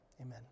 amen